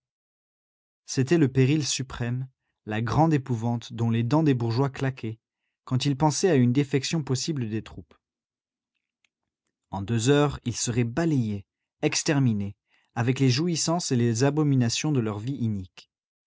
c'était le péril suprême la grande épouvante dont les dents des bourgeois claquaient quand ils pensaient à une défection possible des troupes en deux heures ils seraient balayés exterminés avec les jouissances et les abominations de leur vie inique